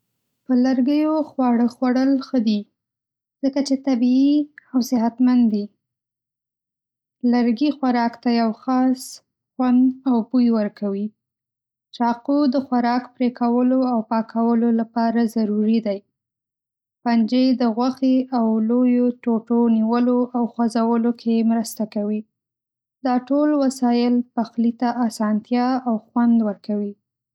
په لرګیو خواړه خوړل ښه دي ځکه چې طبیعي او صحتمند دي. لرګي خوراک ته یو خاص خوند او بوی ورکوي. چاقو د خوراک پرې کولو او پاکولو لپاره ضروري دی. پنجې د غوښې او لویو ټوټو نیولو او خوځولو کې مرسته کوي. دا ټول وسایل پخلي ته آسانتیا او خوند ورکوي.